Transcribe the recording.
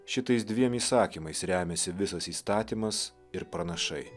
šitais dviem įsakymais remiasi visas įstatymas ir pranašai